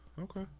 Okay